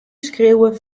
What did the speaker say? skriuwer